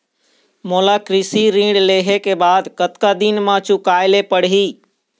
मोला कृषि ऋण लेहे के बाद कतका दिन मा चुकाए ले पड़ही?